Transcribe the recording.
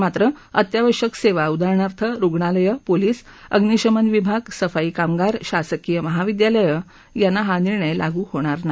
मात्र अत्यावश्यक सेवा उदाहरणार्थ रुग्णालयं पोलिस अग्निशमन विभाग सफाई कामगार शासकीय महाविद्यालयं यांना हा निर्णय लागू होणार नाही